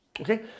Okay